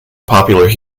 popular